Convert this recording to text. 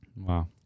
Wow